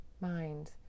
mind